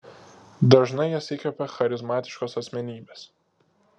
dažnai jas įkvepia charizmatiškos asmenybės